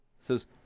Says